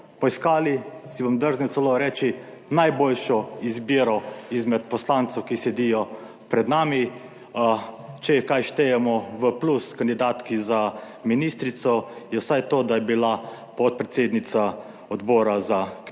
poiskali, si bom drznil celo reči, najboljšo izbiro izmed poslancev, ki sedijo pred nami. Če kaj štejemo v plus kandidatki za ministrico, je vsaj to, da je bila podpredsednica Odbora za kmetijstvo,